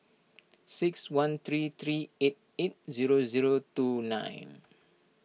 six one three three eight eight zero zero two nine